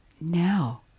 now